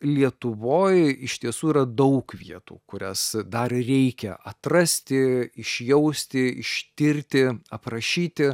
lietuvoj iš tiesų yra daug vietų kurias dar reikia atrasti išjausti ištirti aprašyti